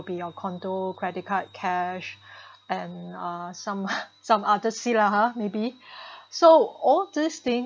would be your condo credit card cash and uh some some other see lah ha maybe so all this thing